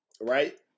right